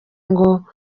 ngo